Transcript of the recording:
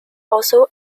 also